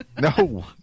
No